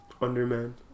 Underman